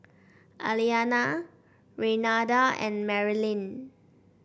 Aliana Renada and Marylin